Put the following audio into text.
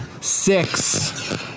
six